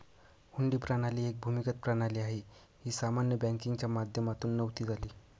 हुंडी प्रणाली एक भूमिगत प्रणाली आहे, ही सामान्य बँकिंगच्या माध्यमातून नव्हती झाली